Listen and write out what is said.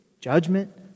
judgment